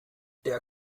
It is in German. der